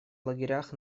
лагерях